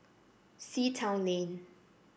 Sea Town Lane